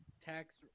tax